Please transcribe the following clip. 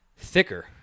thicker